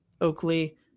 oakley